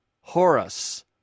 Horus